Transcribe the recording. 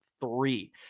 three